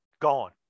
gone